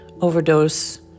overdose